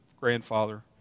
grandfather